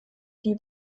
wie